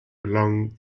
along